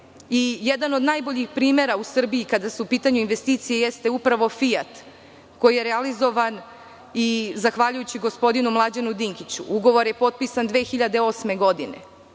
vreme. Jedan od najboljih primera u Srbiji kada su u pitanju investicije jeste upravo „Fijat“, koji je realizovan i zahvaljujući gospodinu Mlađanu Dinkiću. Ugovor je potpisan 2008. godine.